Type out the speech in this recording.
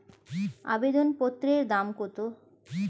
আবেদন পত্রের দাম কত?